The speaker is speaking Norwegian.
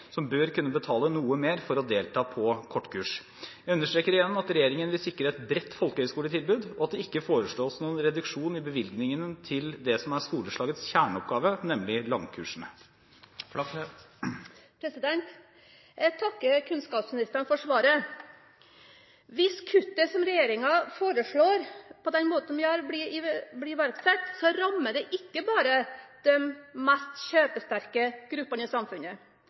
som bør kunne betale noe mer for å delta på kortkurs. Jeg understreker igjen at regjeringen vil sikre et bredt folkehøyskoletilbud, og at det ikke foreslås noen reduksjon i bevilgningen til det som er skoleslagets kjerneoppgave, nemlig langkursene. Jeg takker kunnskapsministeren for svaret. Hvis kuttet som regjeringen foreslår, blir iverksatt på den måten, rammer det ikke bare de mest kjøpesterke gruppene i samfunnet;